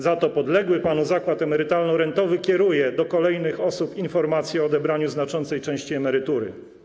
Za to podległy panu Zakład Emerytalno-Rentowy MSWiA kieruje do kolejnych osób informacje o odebraniu znaczącej części emerytury.